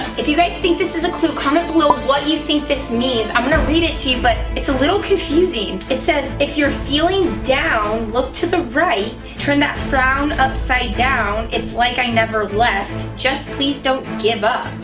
if you guys think this is a clue, comment below what you think this means, i'm gonna read it to you but it's a little confusing. it says, if you're feeling down look to the right turn that frown upside down, it's like i never left, just please don't give up.